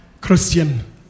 christian